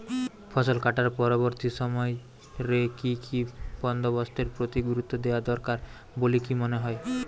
ফসলকাটার পরবর্তী সময় রে কি কি বন্দোবস্তের প্রতি গুরুত্ব দেওয়া দরকার বলিকি মনে হয়?